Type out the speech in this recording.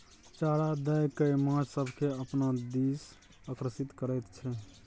चारा दए कय माछ सभकेँ अपना दिस आकर्षित करैत छै